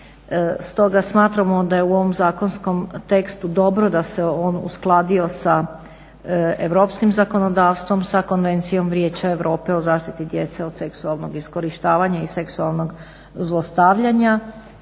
Stoga smatramo da je u ovom zakonskom tekstu dobro da se on uskladio sa europskim zakonodavstvom, sa Konvencijom Vijeća Europe o zaštiti djece od seksualnog iskorištavanja i seksualnog zlostavljanja